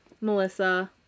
Melissa